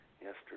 yesterday